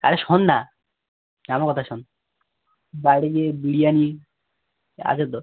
আরে শোন না আমার কথা শোন বাইরে গিয়ে বিরিয়ানি আছে তো